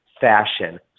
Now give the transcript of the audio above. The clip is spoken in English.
fashion